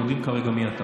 יודעים כרגע מי אתה.